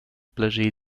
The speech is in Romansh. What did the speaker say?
plascher